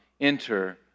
enter